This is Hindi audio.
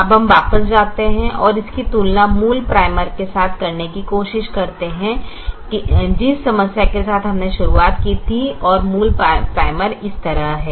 अब हम वापस जाते हैं और इसकी तुलना मूल प्राइमल के साथ करने की कोशिश करते हैं जिस समस्या के साथ हमने शुरुआत की थी और मूल प्राइमल इस तरह है